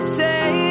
say